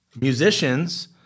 musicians